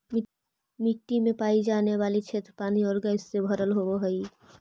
मिट्टी में पाई जाने वाली क्षेत्र पानी और गैस से भरल होवअ हई